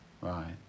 Right